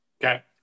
Okay